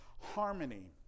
harmony